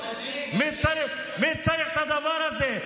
מי צריך את הדבר הזה?